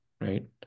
right